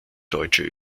deutsche